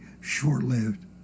short-lived